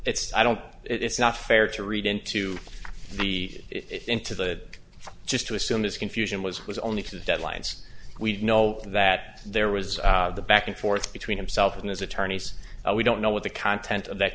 it's i don't it's not fair to read into the into the just to assume his confusion was was only to deadlines we know that there was the back and forth between himself and his attorneys we don't know what the content of that